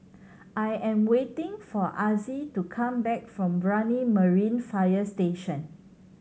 I am waiting for Azzie to come back from Brani Marine Fire Station